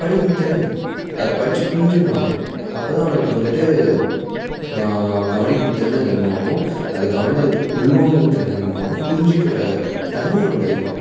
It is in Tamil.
படிக்கும் திறன் அதை படித்து புரிஞ்சிக்கணும் அவன் அப்போதான் அவனுக்கு வந்துட்டு கவனிக்கும் திறன் அதிகமாகும் அது கவனித்து உள்வாங்கும் திறன் அதிகமாகும் புரிஞ்சிக்கின்ற தன்மை அவனுக்கு அதிகமாகும்